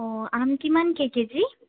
অঁ আম কিমান কে কেজি